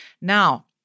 Now